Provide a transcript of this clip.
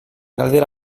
galdera